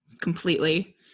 completely